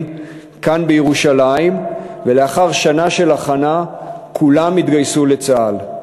כאן בירושלים ולאחר שנה של הכנה כולם התגייסו לצה"ל.